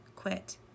quit